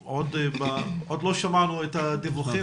עדיין לא שמענו את הדיווחים.